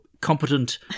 competent